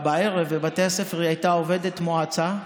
בערב, בבתי הספר, היא הייתה עובדת מועצה,